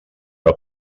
que